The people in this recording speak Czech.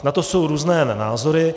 Na to jsou různé názory.